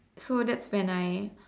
so that's when I